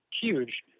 Huge